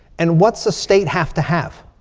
and what's the state have to have?